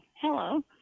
hello